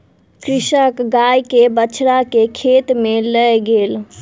कृषक गाय के बछड़ा के खेत में लअ गेल